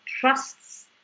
trusts